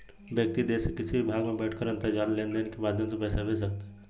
व्यक्ति देश के किसी भी भाग में बैठकर अंतरजाल लेनदेन के माध्यम से पैसा भेज सकता है